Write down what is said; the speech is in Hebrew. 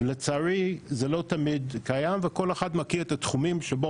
לצערי זה לא תמיד קיים וכל אחד מכיר את התחומים שבהם